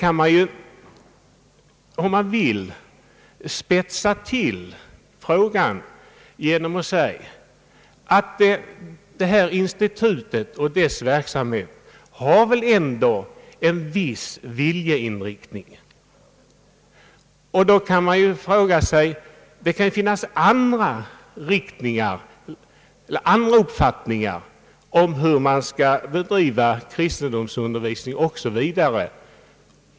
Om man vill kan man spetsa till frågan genom att säga att detta institut och dess verksamhet ändå har en viss viljeinriktning. Då kan man säga, att det kan finnas andra uppfattningar om hur man skall bedriva kristendomsundervisningen.